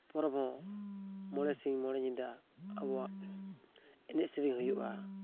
ᱯᱚᱨᱚᱵᱽ ᱦᱚᱸ ᱢᱚᱬᱮ ᱥᱤᱧ ᱢᱚᱬᱮ ᱧᱤᱫᱟᱹ ᱟᱵᱚᱣᱟᱜ ᱮᱱᱮᱡ ᱥᱮᱨᱮᱧ ᱦᱩᱭᱩᱜᱼᱟ